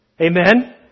Amen